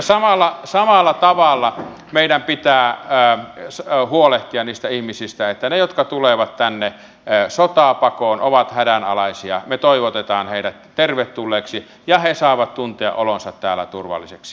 samalla tavalla meidän pitää huolehtia niistä ihmisistä että heidät jotka tulevat tänne sotaa pakoon ja ovat hädänalaisia me toivotamme tervetulleeksi ja he saavat tuntea olonsa täällä turvalliseksi